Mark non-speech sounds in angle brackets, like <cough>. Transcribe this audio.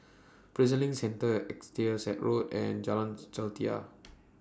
Prison LINK Centre Exeter Road and Jalan <noise> Jelita